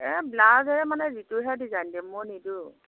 এই ব্লাউজ এই মানে জিতুৰ হে ডিজাইন দিম মোৰ নিদোঁ